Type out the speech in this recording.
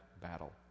battle